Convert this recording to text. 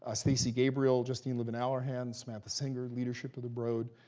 ah stacey gabriel, justine levin-allerhand, samantha singer, leadership of the broad.